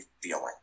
feeling